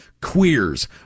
queers